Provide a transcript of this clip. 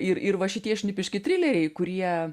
ir ir va šitie šnipiški trileriai kurie